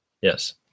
Yes